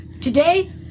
Today